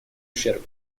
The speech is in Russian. ущерб